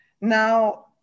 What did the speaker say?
Now